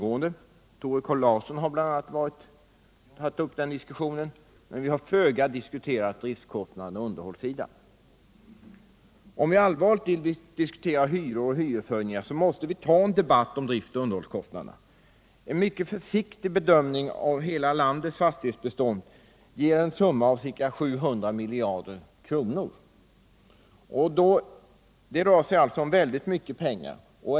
a. Tore Claeson har tagit upp den diskussionen. Men vi har föga diskuterat driftkostnaderna och underhållssidan. Om vi allvarligt vill diskutera hyror och hyreshöjningar måste vi ta en debatt om drift och underhållskostnaderna. En mycket försiktig bedömning av hela landets fastighetsbestånd ger vid handen att det uppgår till ett värde av ca 700 miljarder kronor. Det rör sig alltså om väldigt mycket pengar.